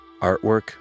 Artwork